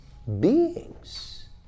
beings